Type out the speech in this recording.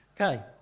Okay